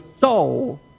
soul